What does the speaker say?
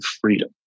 freedom